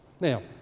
Now